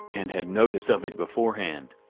and had notice of it beforehand.